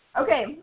Okay